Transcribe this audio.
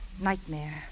nightmare